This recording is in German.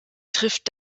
trifft